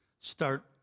start